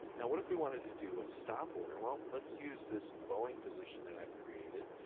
now, what if we wanted to do a stop order? well, let's use this boeing position that i've created.